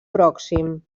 pròxim